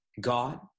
God